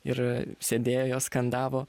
ir sėdėjo jos skandavo